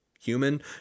human